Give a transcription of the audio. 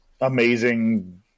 amazing